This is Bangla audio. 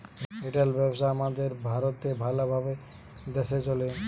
রিটেল ব্যবসা আমাদের ভারতে ভাল ভাবে দ্যাশে চলে